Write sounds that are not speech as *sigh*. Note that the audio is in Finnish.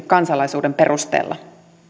*unintelligible* kansalaisuuden perusteella